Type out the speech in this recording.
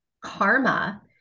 karma